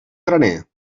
graner